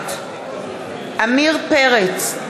נוכחת עמיר פרץ,